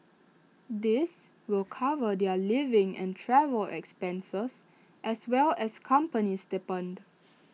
this will cover their living and travel expenses as well as company stipend